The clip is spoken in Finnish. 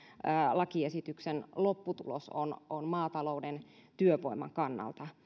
lakiesityksen lopputulos on on maatalouden työvoiman kannalta